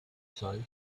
sight